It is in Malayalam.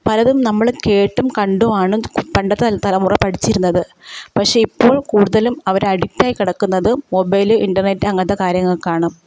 പലതും നമ്മൾ കേട്ടും കണ്ടും ആണ് പണ്ടത്തെ തലമുറ പഠിച്ചിരുന്നത് പക്ഷേ ഇപ്പോക് കൂടുതലും അവർ അഡിക്റ്റ് ആയി കിടക്കുന്നത് മൊബൈൽ ഇൻറർനെറ്റ് അങ്ങനത്തെ കാര്യങ്ങൾക്കാണ്